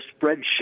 spreadsheet